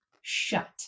shut